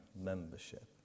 membership